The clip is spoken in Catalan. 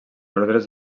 ordres